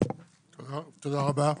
תודה רבה.